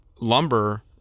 lumber